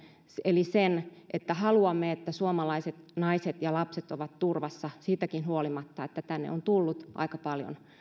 eli sen että haluamme että suomalaiset naiset ja lapset ovat turvassa siitäkin huolimatta että tänne on tullut aika paljon